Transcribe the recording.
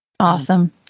Awesome